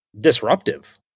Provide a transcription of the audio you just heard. disruptive